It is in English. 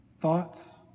thoughts